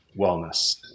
wellness